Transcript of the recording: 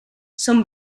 són